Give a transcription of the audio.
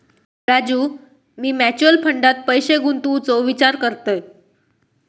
राजू, मी म्युचल फंडात पैसे गुंतवूचो विचार करतय